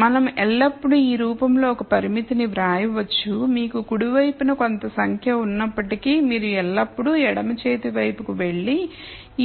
మనం ఎల్లప్పుడూ ఈ రూపంలో ఒక పరిమితిని వ్రాయవచ్చు మీకు కుడి వైపున కొంత సంఖ్య ఉన్నప్పటికీ మీరు ఎల్లప్పుడూ ఎడమ చేతి వైపుకు వెళ్లి